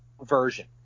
version